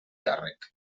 càrrec